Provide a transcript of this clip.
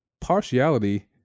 Partiality